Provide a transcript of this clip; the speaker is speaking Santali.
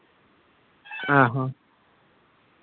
ᱦᱮᱸ ᱦᱮᱸ